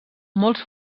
molts